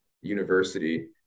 university